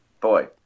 Boy